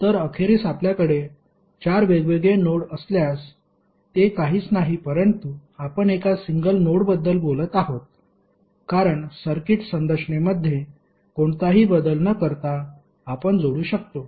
तर अखेरीस आपल्याकडे चार वेगवेगळे नोड असल्यास ते काहीच नाही परंतु आपण एका सिंगल नोडबद्दल बोलत आहोत कारण सर्किट संरचनेमध्ये कोणताही बदल न करता आपण जोडू शकतो